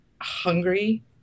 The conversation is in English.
hungry